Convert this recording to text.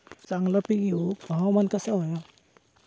चांगला पीक येऊक हवामान कसा होया?